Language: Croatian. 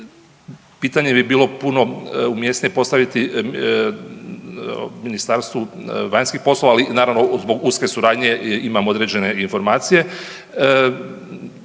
pitanje bi bilo puno umjesnije postaviti Ministarstvu vanjskih poslova, ali naravno zbog suradnje imam određene informacije.